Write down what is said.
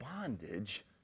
bondage